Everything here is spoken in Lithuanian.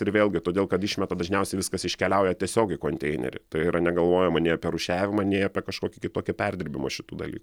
ir vėlgi todėl kad išmeta dažniausiai viskas iškeliauja tiesiog į konteinerį tai yra negalvojama nei apie rūšiavimą nei apie kažkokį kitokį perdirbimą šitų dalykų